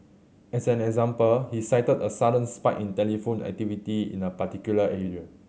as an example he cited a sudden spike in telephone activity in a particular area